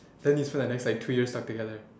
then you spend like the next like two years stuck together